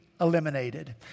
eliminated